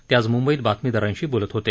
ते आज म्ंबईत बातमीदारांशी बोलत होते